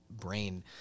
brain